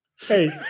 hey